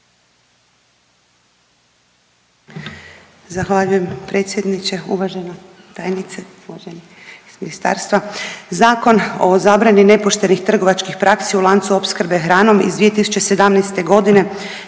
Zahvaljujem predsjedniče. Uvažena tajnice, uvaženi iz ministarstva, Zakon o zabrani nepoštenih trgovačkih praksi u lancu opskrbe hranom iz 2017. godine